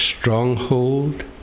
stronghold